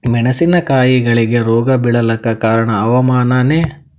ಮೆಣಸಿನ ಕಾಯಿಗಳಿಗಿ ರೋಗ ಬಿಳಲಾಕ ಕಾರಣ ಹವಾಮಾನನೇ?